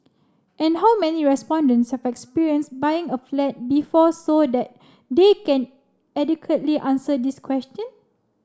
and how many respondents have experience buying a flat before so that they can adequately answer this question